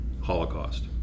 Holocaust